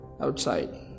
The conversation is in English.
outside